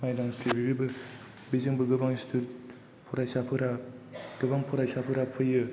मायदांस्रि बेजोंबो गोबां स्टुडेन्ट फरायसाफोरा गोबां फरायसाफोरा फैयो